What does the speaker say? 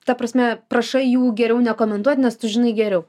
ta prasme prašai jų geriau nekomentuot nes tu žinai geriau